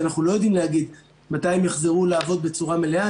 שאנחנו לא יודעים להגיד מתי הם יחזרו לעבוד בצורה מלאה.